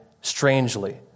strangely